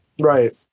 Right